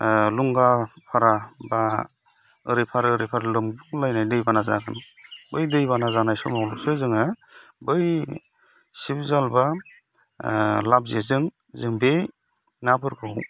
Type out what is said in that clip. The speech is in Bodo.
लुंगाफारा बा ओरैफार ओरैफार लोमगुलायनाय दैबाना जागोन बै दैबाना जानाय समावल'सो जोङो बै सिबजाल बा लापजेजों जों बे नाफोरखौ